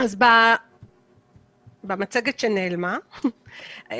המצגת נעלמה,